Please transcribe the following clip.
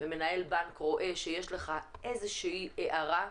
והוא רואה שיש לך איזו שהיא הערה,